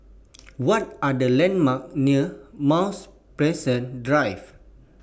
What Are The landmarks near Mount Pleasant Drive